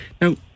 Now